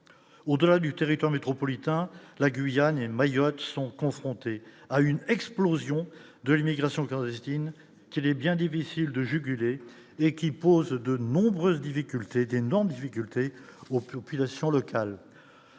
au-delà du territoire métropolitain, la Guyane et Mayotte sont confrontées à une explosion de l'immigration clandestine qu'il est bien difficile de juguler et qui pose de nombreuses difficultés d'énormes difficultés au plus populations locales